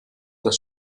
das